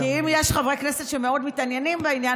אם יש חברי כנסת שמאוד מתעניינים בעניין,